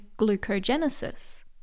glucogenesis